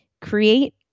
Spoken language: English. create